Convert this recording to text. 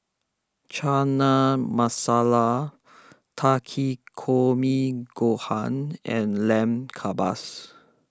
Chana Masala Takikomi Gohan and Lamb Kebabs